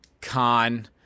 con